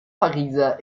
pariser